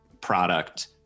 product